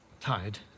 tired